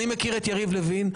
אני מכיר את יריב לוין,